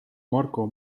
marko